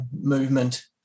movement